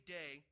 day